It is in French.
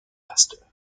pasteurs